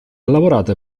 lavorato